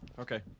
okay